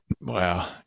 Wow